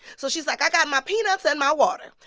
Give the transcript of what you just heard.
so she's like, i got my peanuts and my water,